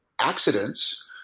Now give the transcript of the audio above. accidents